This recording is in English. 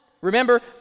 Remember